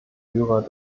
führer